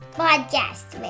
podcast